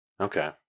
Okay